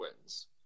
wins